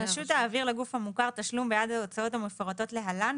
הרשות תעביר לגוף המוכר תשלום בעד ההוצאות המפורטות להלן,